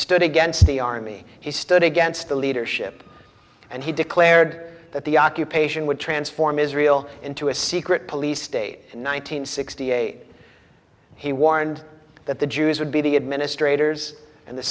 stood against the army he stood against the leadership and he declared that the occupation would transform israel into a secret police state in one thousand nine hundred sixty eight he warned that the jews would be the administrators and the